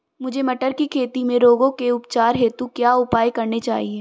मुझे मटर की खेती में रोगों के उपचार हेतु क्या उपाय करने चाहिए?